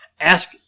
ask